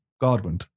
Godwin